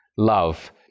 love